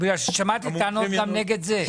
שמעתי טענות גם נגד זה.